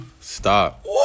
Stop